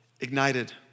ignited